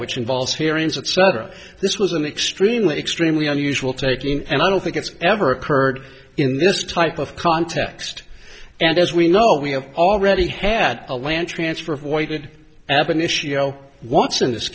which involves periods of server this was an extremely extremely unusual taking and i don't think it's ever occurred in this type of context and as we know we have already had a lan transfer avoided app an issue you know what's in this